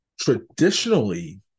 Traditionally